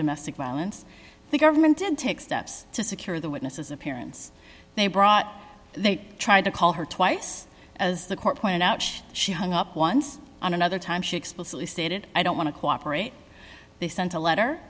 domestic violence the government did take steps to secure the witnesses appearance they brought they tried to call her twice as the court pointed out she hung up once on another time she explicitly stated i don't want to cooperate they sent a letter